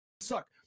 suck